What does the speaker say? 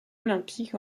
olympique